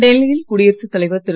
டெல்லியில் குடியரசுத் தலைவர் திரு